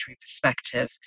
perspective